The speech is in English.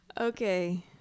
Okay